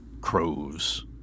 Crow's